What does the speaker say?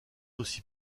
aussi